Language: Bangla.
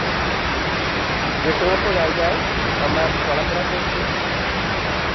যে সমস্ত জায়গায় আমরা চলাফেরা করছি